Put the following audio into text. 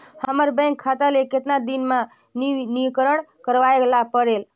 हमर बैंक खाता ले कतना दिन मे नवीनीकरण करवाय ला परेल?